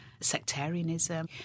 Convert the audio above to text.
sectarianism